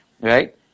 Right